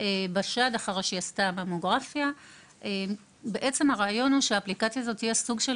כללית, שאמורה להוות סוג של